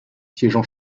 siégeant